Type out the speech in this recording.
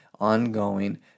ongoing